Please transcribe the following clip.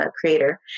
creator